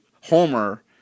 Homer